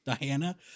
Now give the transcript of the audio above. Diana